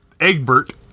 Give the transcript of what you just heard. Egbert